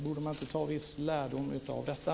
Borde man inte dra viss lärdom av detta?